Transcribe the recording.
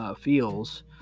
feels